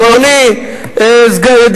אני רואה אותך.